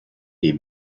les